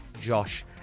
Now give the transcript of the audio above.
Josh